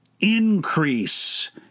increase